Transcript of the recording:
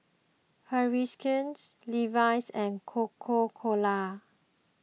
Herschel's Levi's and Coca Cola